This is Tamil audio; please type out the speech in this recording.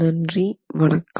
நன்றி வணக்கம்